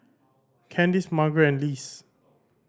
Kandice Margret and Lise